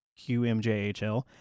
QMJHL